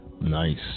nice